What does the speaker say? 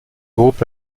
groupe